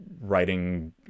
writing